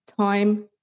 Time